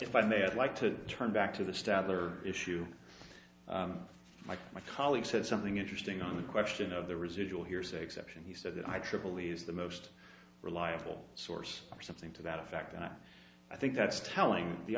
if i may i'd like to turn back to the statler issue my my colleague said something interesting on the question of the residual hearsay exception he said that i tripoli's the most reliable source or something to that effect and i think that's telling the